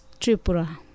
Tripura